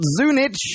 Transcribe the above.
Zunich